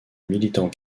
militant